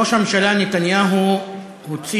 ראש הממשלה נתניהו הוציא